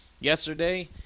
yesterday